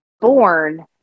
born